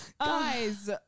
Guys